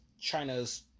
China's